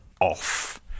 off